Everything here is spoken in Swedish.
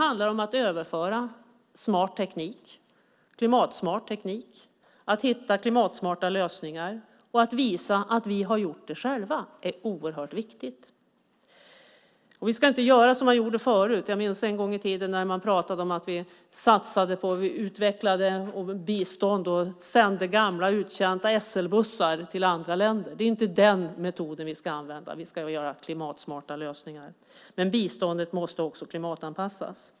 Att överföra klimatsmart teknik, att hitta klimatsmarta lösningar och att visa att vi har gjort det själva är oerhört viktigt. Vi ska inte göra som man gjorde förut. Jag minns en gång i tiden när man pratade om att satsa på att utveckla biståndet och sände gamla uttjänta SL-bussar till andra länder. Det är inte den metoden vi ska använda. Vi ska göra klimatsmarta lösningar. Men biståndet måste också klimatanpassas.